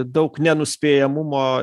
daug nenuspėjamumo